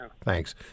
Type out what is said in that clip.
Thanks